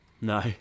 no